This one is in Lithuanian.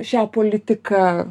šią politiką